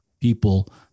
people